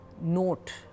note